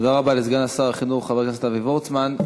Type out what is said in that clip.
תודה רבה לסגן שר החינוך, חבר הכנסת אבי וורצמן.